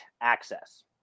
access